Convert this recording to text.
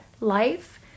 life